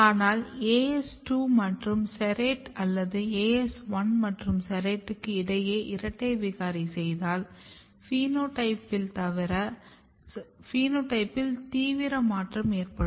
ஆனால் AS2 மற்றும் serrate அல்லது AS1 மற்றும் serrate க்கு இடையில் இரட்டை விகாரி செய்தால் பினோடைப்பில் தீவிர மாற்றம் ஏற்படும்